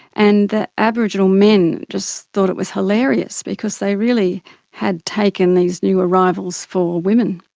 and the aboriginal men just thought it was hilarious because they really had taken these new arrivals for women.